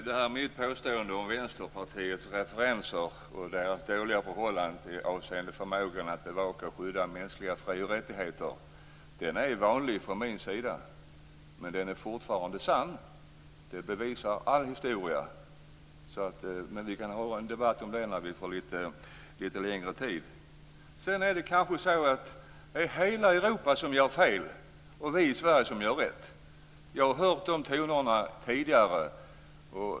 Herr talman! Påståendet om Vänsterpartisters referenser och deras dåliga förhållande avseende förmågan att bevaka och skydda mänskliga fri och rättigheter är vanligt från min sida. Men det är fortfarande sant. Det bevisar all historia. Men vi kan ha en debatt om det när vi får lite längre tid för det. Sedan undrar jag om det är hela Europa som gör fel och vi i Sverige som gör rätt. Jag har hört dessa tongångar tidigare.